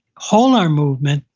whole arm movement,